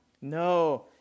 No